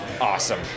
Awesome